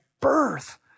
birth